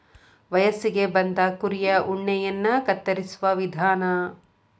ವಯಸ್ಸಿಗೆ ಬಂದ ಕುರಿಯ ಉಣ್ಣೆಯನ್ನ ಕತ್ತರಿಸುವ ವಿಧಾನ